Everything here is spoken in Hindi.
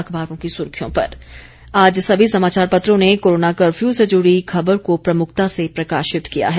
अखबारों की सुर्खियों पर आज सभी समाचार पत्रों ने कोरोना कफर्यू से जुड़ी खबर को प्रमुखता से प्रकाशित किया है